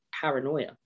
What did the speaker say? paranoia